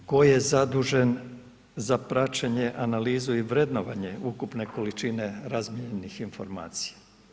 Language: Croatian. Tko je zadužen za praćenje, analizu i vrednovanje ukupne količine razmijenjenih informacija?